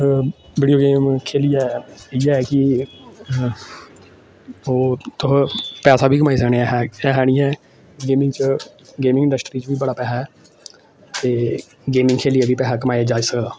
video game खेलियै इयै कि ओह् ओह् तुस पैसा बी कमाई सकने ऐहा ऐहा निं ऐ गेमिंग च गेमिंग इंडस्ट्री च बी बड़ा पैहा ऐ ते गेमिंग खेलियै बी पैसा कमाई जाई सकदा